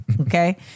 Okay